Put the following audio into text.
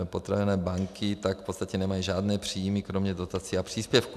Potravinové banky tak v podstatě nemají žádné příjmy kromě dotací a příspěvků.